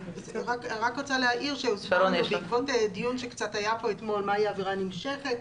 אני רוצה להעיר שבעקבות דיון שהתקיים אתמול לגבי מהי עבירה נמשכת,